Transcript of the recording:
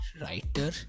writer